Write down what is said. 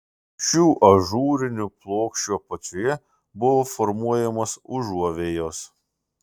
šių ažūrinių plokščių apačioje buvo formuojamos užuovėjos